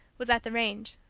was at the range.